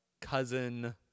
cousin